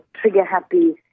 trigger-happy